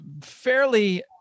fairly